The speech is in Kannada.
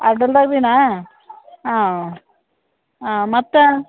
ಅಡ್ಡಲದಾಗುನಾ ಹಾಂ ಹಾಂ ಮತ್ತೆ